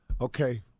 Okay